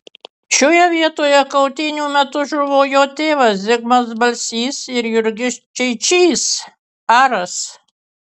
šioje vietoje kautynių metu žuvo jo tėvas zigmas balsys ir jurgis čeičys aras